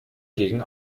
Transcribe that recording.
gegen